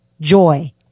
joy